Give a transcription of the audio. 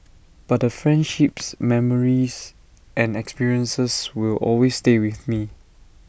but the friendships memories and experiences will always stay with me